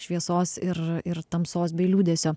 šviesos ir ir tamsos bei liūdesio